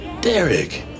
Derek